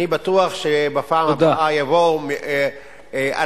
אני בטוח שבפעם הבאה יבואו אלפים,